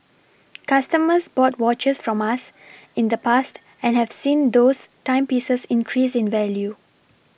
customers bought watches from us in the past and have seen those timepieces increase in value